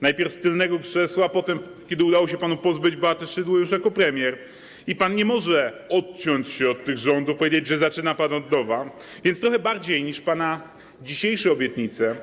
Najpierw z tylnego krzesła, potem, kiedy udało się panu pozbyć Beaty Szydło, już jako premier i nie może pan odciąć się od tych rządów, powiedzieć, że zaczyna pan od nowa, więc trochę bardziej niż pana dzisiejsze obietnice.